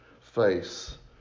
face